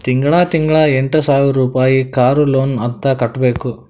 ತಿಂಗಳಾ ತಿಂಗಳಾ ಎಂಟ ಸಾವಿರ್ ರುಪಾಯಿ ಕಾರ್ ಲೋನ್ ಅಂತ್ ಕಟ್ಬೇಕ್